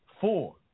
four